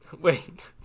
Wait